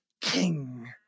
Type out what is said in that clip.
king